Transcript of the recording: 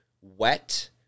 wet